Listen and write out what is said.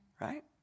Right